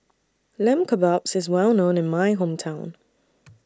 Lamb Kebabs IS Well known in My Hometown